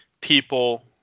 people